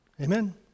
Amen